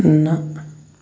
نہَ